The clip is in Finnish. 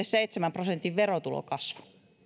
seitsemän prosentin verotulokasvu